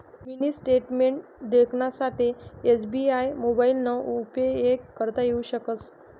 mini statement देखानासाठे SBI मोबाइलना उपेग करता येऊ शकस